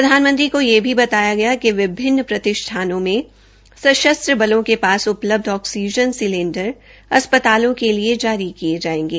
प्रधानमंत्री को यह भी बताया कि विभिन्न प्रतिष्ठानों में सशस्त्र बलों के पास उपलब्ध आक्सीजन सिलेंडर अस्पतालों के लिए जारी किये गये जायेंगे